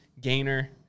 gainer